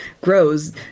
grows